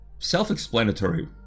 self-explanatory